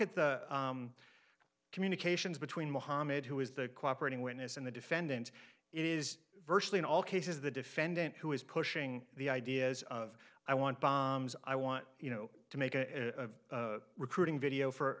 at the communications between mohammed who is the cooperate in witness and the defendant it is virtually in all cases the defendant who is pushing the ideas of i want bombs i want you know to make a recruiting video